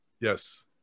Yes